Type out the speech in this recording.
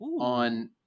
on